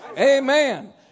Amen